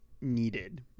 needed